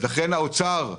לכן, האוצר ירוויח,